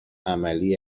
عملی